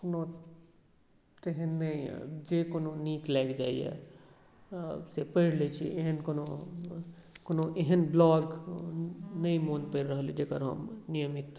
कोनो तेहन नहि जे कोनो नीक लागि जाइए से पढ़ि लैत छी एहन कोनो कोनो एहन ब्लॉग नहि मोन पड़ि रहल अछि जकर हम नियमित